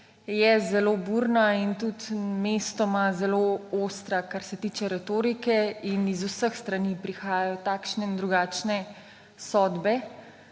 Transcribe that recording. je zelo burna in tudi mestoma zelo ostra, kar se tiče retorike; in z vseh strani prihajajo takšne in drugačne sodbe,